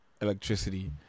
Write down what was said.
electricity